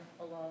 alone